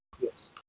Yes